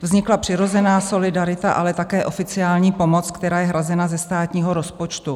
Vznikla přirozená solidarita, ale také oficiální pomoc, která je hrazena ze státního rozpočtu.